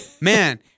Man